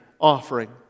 offering